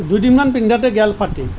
দুদিনমান পিন্ধাতেই গ'ল ফাটি